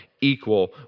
equal